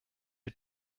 die